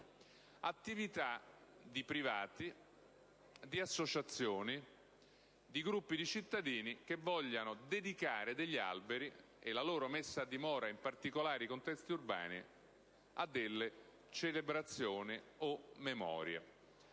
attività di privati, di associazioni, di gruppi di cittadini che vogliano dedicare degli alberi e la loro messa a dimora, in particolare in contesti urbani, per finalità celebrative o commemorative.